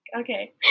Okay